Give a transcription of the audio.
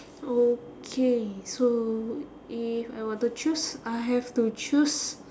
okay so if I were to choose I have to choose